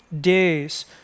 days